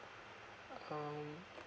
um